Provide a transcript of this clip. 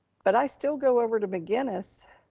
but i still go over to mcinnis